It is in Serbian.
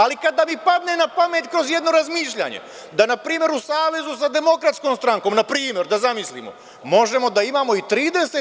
Ali, kada mi padne na pamet kroz jedno razmišljanje da, na primer u savezu sa DS, na primer da zamislimo, možemo da imamo i 30%